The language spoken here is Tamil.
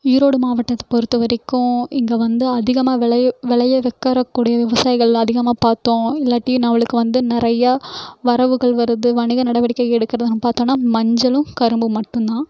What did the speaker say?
ஈரோடு மாவட்டத்தை பொறுத்தவரைக்கும் இங்கே வந்து அதிகமாக விளை விளைய வைக்கறக் கூடிய விவசாயிகள் அதிகமாக பார்த்தோம் இல்லாட்டி நம்மளுக்கு வந்து நிறையா வரவுகள் வருது வணிக நடவடிக்கை எடுக்கிறத நம்ம பார்த்தோன்னா மஞ்சளும் கரும்பும் மட்டும்தான்